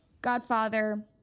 Godfather